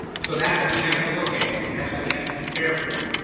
so that's what we have to look at, and that's what we have to prepare for.